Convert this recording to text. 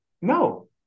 no